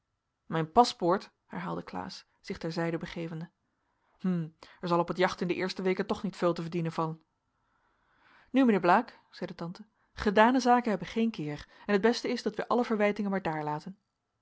mijn paspoort herhaalde klaas zich ter zijde begevende hm er zal op t jacht in de eerste weken toch niet veul te verdienen vallen nu mijnheer blaek zeide tante gedane zaken hebben geen keer en het beste is dat wij alle verwijtingen maar